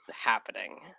happening